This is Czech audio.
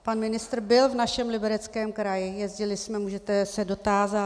Pan ministr byl v našem Libereckém kraji, jezdili jsme, můžete se dotázat.